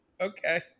Okay